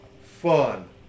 fun